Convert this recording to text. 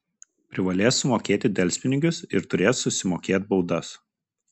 privalės sumokėti delspinigius ir turės susimokėt baudas